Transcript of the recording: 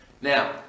Now